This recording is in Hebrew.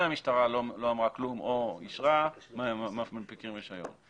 אם המשטרה לא אמרה כלום או אישרה, מנפיקים רישיון.